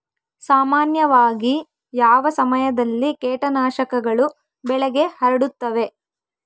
ಸಾಮಾನ್ಯವಾಗಿ ಯಾವ ಸಮಯದಲ್ಲಿ ಕೇಟನಾಶಕಗಳು ಬೆಳೆಗೆ ಹರಡುತ್ತವೆ?